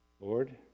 Lord